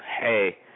hey